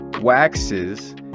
waxes